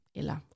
eller